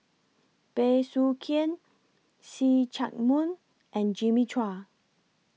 Bey Soo Khiang See Chak Mun and Jimmy Chua